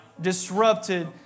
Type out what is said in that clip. disrupted